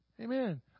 Amen